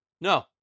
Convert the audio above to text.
No